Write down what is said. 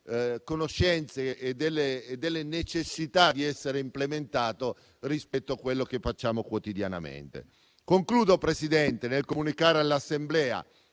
conoscenze e delle necessità di essere implementato rispetto a quello che facciamo quotidianamente. Concludo, Presidente, nel comunicare all'Assemblea